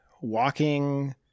walking